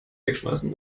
wegschmeißen